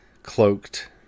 cloaked